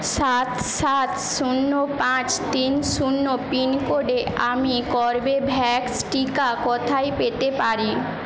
সাত সাত শূন্য পাঁচ তিন শূন্য পিনকোডে আমি কর্বেভ্যাক্স টিকা কোথায় পেতে পারি